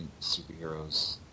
superheroes